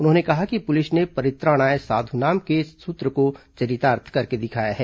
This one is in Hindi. उन्होंने कहा कि पुलिस ने परित्राणाय साधुनाम के सूत्र को चरितार्थ करके दिखाया है